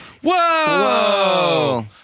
Whoa